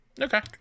okay